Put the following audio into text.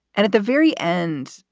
and at the very end,